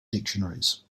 dictionaries